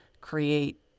create